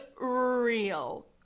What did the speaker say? real